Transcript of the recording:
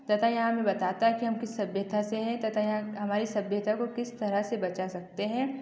तथा यह हमें बताता है कि हम किस सभ्यता से है तथा यह हमारी सभ्यता को किस तरह से बचा सकते हैं